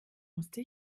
musste